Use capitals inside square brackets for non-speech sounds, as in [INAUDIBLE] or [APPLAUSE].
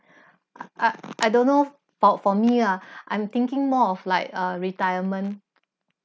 [BREATH] I I don't know for for me ah [BREATH] I'm thinking more of like uh retirement